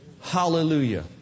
hallelujah